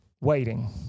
waiting